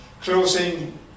closing